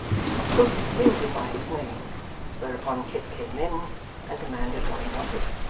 mr quilp hailed him by his name whereupon kit came in and demanded what he wanted.